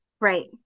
Right